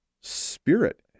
spirit